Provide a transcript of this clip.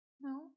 No